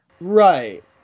Right